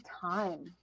time